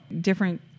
different